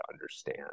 understand